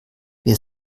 wir